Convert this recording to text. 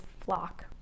flock